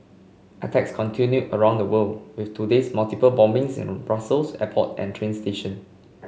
attacks continue around the world with today's multiple bombings in Brussels airport and train station